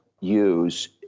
use